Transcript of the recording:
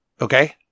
Okay